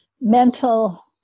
mental